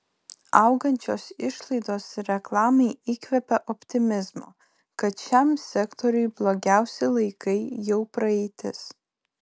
augančios išlaidos reklamai įkvepia optimizmo kad šiam sektoriui blogiausi laikai jau praeitis